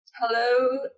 Hello